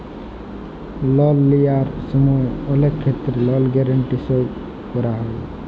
লল লিয়ার সময় অলেক ক্ষেত্রে লল গ্যারাল্টি সই ক্যরা হ্যয়